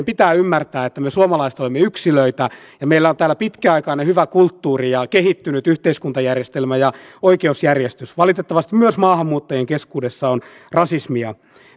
pitää ymmärtää että me suomalaiset olemme yksilöitä ja meillä on täällä pitkäaikainen hyvä kulttuuri ja kehittynyt yhteiskuntajärjestelmä ja oikeusjärjestys valitettavasti myös maahanmuuttajien keskuudessa on rasismia